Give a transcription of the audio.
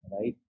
right